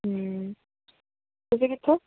ਤੁਸੀਂ ਕਿੱਥੋਂ